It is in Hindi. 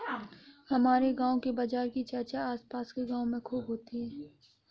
हमारे गांव के बाजार की चर्चा आस पास के गावों में खूब होती हैं